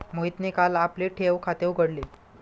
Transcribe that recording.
मोहितने काल आपले ठेव खाते उघडले